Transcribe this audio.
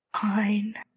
Fine